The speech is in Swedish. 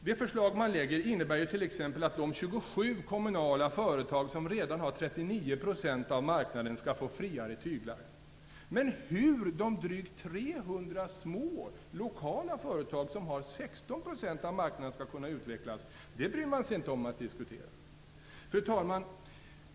Det förslag man lägger fram innebär t.ex. att de 27 kommunala företag som redan har 39 % av marknaden skall få friare tyglar. Men hur de drygt 300 små lokala företag som har 16 % av marknaden skall kunna utvecklas bryr man sig inte om att diskutera. Fru talman!